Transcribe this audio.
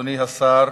אדוני השר,